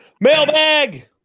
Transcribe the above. mailbag